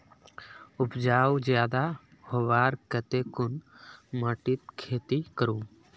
उपजाऊ ज्यादा होबार केते कुन माटित खेती करूम?